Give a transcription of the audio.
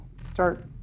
start